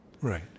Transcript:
right